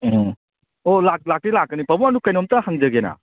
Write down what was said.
ꯎꯝ ꯑꯣ ꯂꯥꯛꯇꯤ ꯂꯥꯛꯀꯅꯤ ꯄꯥꯕꯨꯡ ꯑꯗꯣ ꯀꯩꯅꯣꯝꯇ ꯍꯪꯖꯒꯦꯅ